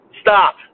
stop